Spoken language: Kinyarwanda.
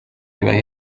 ibahe